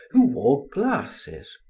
who wore glasses.